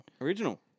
Original